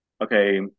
okay